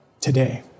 today